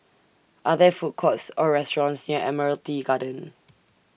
Are There Food Courts Or restaurants near Admiralty Garden